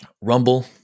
Rumble